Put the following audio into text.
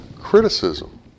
criticism